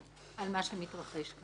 מה שמתרחש כאן.